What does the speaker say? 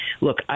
look